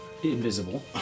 Invisible